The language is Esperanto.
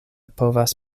povas